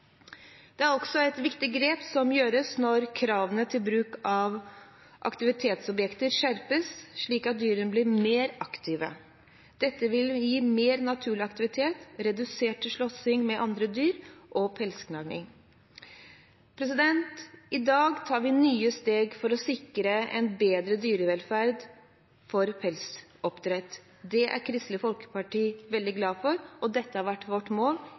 Det er også et viktig grep som gjøres når kravene til bruk av aktivitetsobjekter skjerpes, slik at dyrene blir mer aktive. Dette vil gi mer naturlig aktivitet, redusert slåssing med andre dyr og mindre pelsgnaging. I dag tar vi nye steg for å sikre en bedre dyrevelferd for pelsoppdrett. Det er Kristelig Folkeparti veldig glad for, og dette har helt fra starten av vært vårt mål